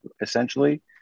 essentially